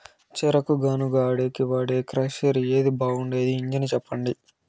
చెరుకు గానుగ ఆడేకి వాడే క్రషర్ ఏది బాగుండేది ఇంజను చెప్పండి?